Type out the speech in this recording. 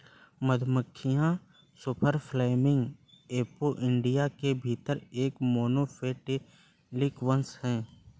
मधुमक्खियां superfamily Apoidea के भीतर एक मोनोफैलेटिक वंश हैं